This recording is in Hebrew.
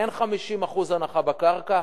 אין 50% הנחה בקרקע,